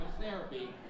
therapy